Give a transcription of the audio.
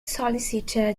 solicitor